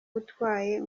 utwaye